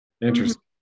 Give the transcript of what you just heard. Interesting